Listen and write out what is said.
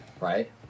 right